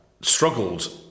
struggled